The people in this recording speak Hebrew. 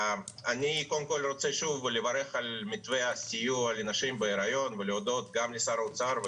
אני רוצה לברך על מתווה הסיוע לנשים בהיריון ולהודות לשר האוצר,